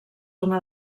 una